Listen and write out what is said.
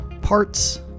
parts